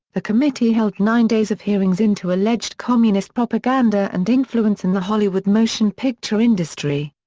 the committee held nine days of hearings into alleged communist propaganda and influence in the hollywood motion picture industry.